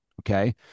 okay